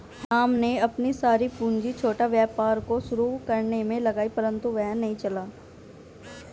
राम ने अपनी सारी पूंजी छोटा व्यापार को शुरू करने मे लगाई परन्तु वह नहीं चला